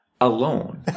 alone